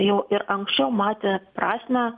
jau ir anksčiau matė prasmę